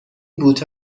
بوته